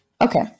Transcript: Okay